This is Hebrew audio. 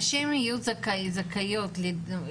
נשים יהיו זכאיות